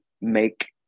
make